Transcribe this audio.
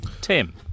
Tim